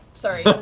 sorry.